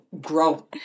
grow